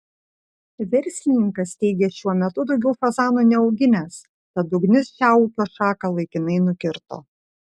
verslininkas teigė šiuo metu daugiau fazanų neauginęs tad ugnis šią ūkio šaką laikinai nukirto